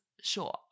sure